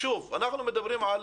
שוב, אנחנו מדברים על